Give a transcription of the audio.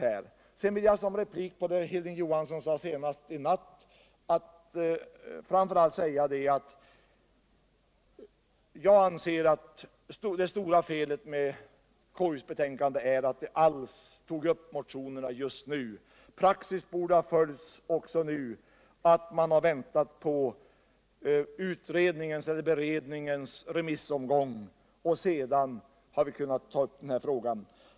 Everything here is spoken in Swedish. Jag vill som replik på det Hilding Johansson sade i natt säga följande. Det stora felet med konstitutionsutskottets betänkande är att utskottet över huvud taget har tagit upp motionerna just nu. Praxis borde även nu ha följts — man borde ha väntat på beredningens remissomgång, varefter man hade kunnat ta upp den här frågan.